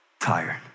tired